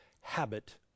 habit